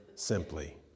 simply